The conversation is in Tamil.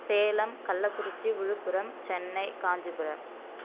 சேலம் கள்ளக்குறிச்சி விழுப்புரம் சென்னை காஞ்சிபுரம்